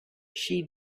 she